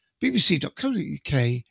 bbc.co.uk